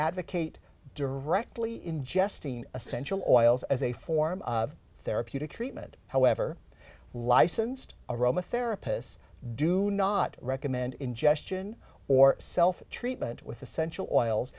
advocate directly ingesting essential oils as a form of therapeutic treatment however licensed aromatherapist do not recommend ingestion or self treatment with essential oils